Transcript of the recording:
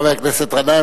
חבר הכנסת גנאים,